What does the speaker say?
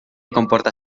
comportar